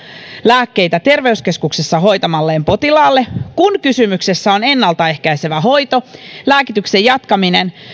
lääkkeitä terveyskeskuksessa hoitamalleen potilaalle kun kysymyksessä on ennalta ehkäisevä hoito lääkityksen jatkaminen